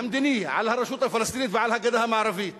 המדיני על הרשות הפלסטינית ועל הגדה המערבית